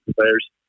players